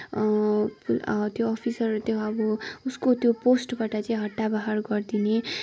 त्यो अफिसर त्यो अब उसको त्यो पोस्टबाट चाहिँ हड्डाबाहर गरिदिने